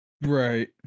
Right